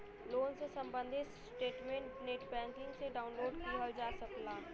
loan से सम्बंधित statement net banking से डाउनलोड किहल जा सकला